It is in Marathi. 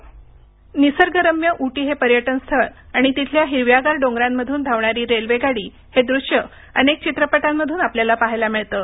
ध्वनी निसर्गरम्य उटी हे पर्यटनस्थळ आणि तिथल्या हिरव्यागार डोंगरांमधून धावणारी रेल्वेगाडी हे दृश्य अनेक चित्रपटांमधून आपल्याला पाहायला मिळतं